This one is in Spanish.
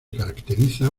caracteriza